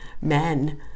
men